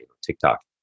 TikTok